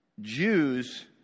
Jews